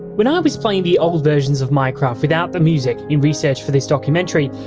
when i was playing the old versions of mc without the music in research for this documentary,